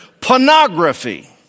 pornography